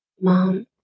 Mom